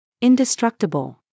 indestructible